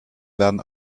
werden